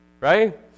right